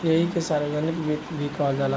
ऐइके सार्वजनिक वित्त भी कहल जाला